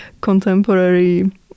contemporary